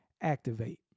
Activate